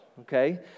Okay